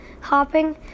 hopping